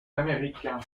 américain